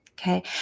Okay